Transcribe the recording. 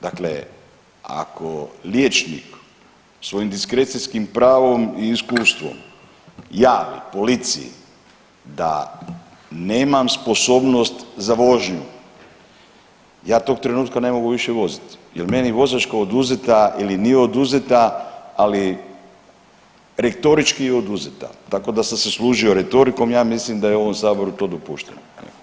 Dakle, ako liječnik svojim diskrecijskim pravom i iskustvom javi policiji da nemam sposobnost za vožnju ja tog trenutka ne mogu više vozit jer je meni vozačka oduzeta ili nije oduzeta, ali retorički je oduzeta tako da sam se služio retorikom, ja mislim da je to u ovom saboru dopušteno.